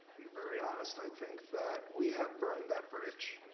be very honest, i think that we have burned that bridge.